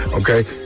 okay